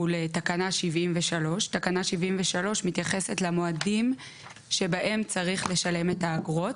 הוא לתקנה 73. תקנה 73 מתייחסת למועדים שבהם צריך לשלם את האגרות,